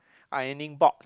ironing board